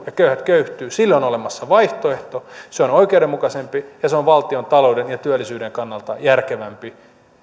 ja köyhät köyhtyvät on olemassa vaihtoehto se on oikeudenmukaisempi ja se on valtiontalouden ja työllisyyden kannalta järkevämpi